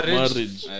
marriage